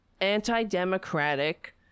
anti-democratic